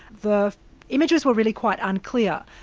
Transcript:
the images were really quite unclear,